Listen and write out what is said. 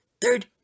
Third